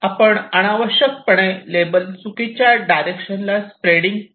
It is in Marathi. आपण अनावश्यकपणे लेबल चुकीच्या डायरेक्शन ला स्प्रेयडींग करत नाही